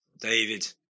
David